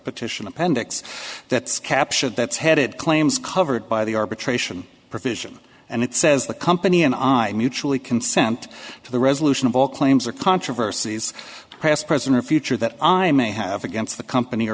petition appendix that's captured that's headed claims covered by the arbitration provision and it says the company and i really consent to the resolution of all claims or controversies past present or future that i may have against the company or